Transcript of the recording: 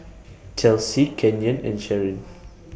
Chelsy Kenyon and Sharon